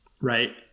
right